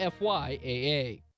FYAA